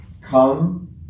come